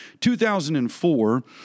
2004